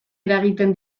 eragiten